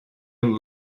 and